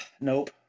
nope